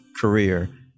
career